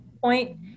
point